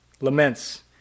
laments